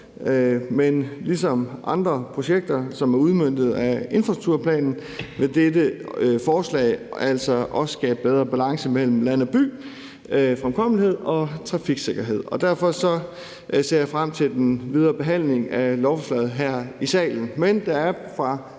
men ligesom andre projekter, som er udmøntet i infrastrukturplanen, vil dette forslag altså også skabe bedre balance mellem land og by og bedre fremkommelighed og trafiksikkerhed. Derfor ser jeg frem til den videre behandling af lovforslaget her i salen.